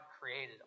created